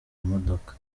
modoka